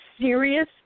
serious